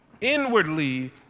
Inwardly